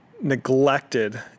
neglected